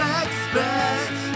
expect